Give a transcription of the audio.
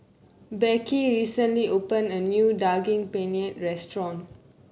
Becky recently opened a new Daging Penyet Restaurant